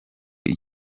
icyo